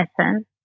essence